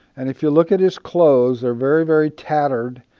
and if you look at his clothes, they're very, very tattered.